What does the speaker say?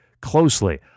closely